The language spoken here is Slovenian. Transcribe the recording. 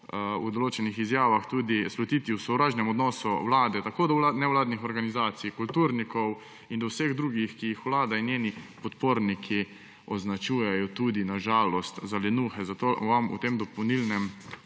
v določenih izjavah, v sovražnem odnosu vlade do nevladnih organizacij, kulturnikov in do vseh drugih, ki jih vlada in njeni podporniki označujejo tudi, na žalost, za lenuhe. Zato vas v tem dopolnilnem